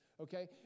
okay